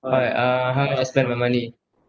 alright uh how do I spend my money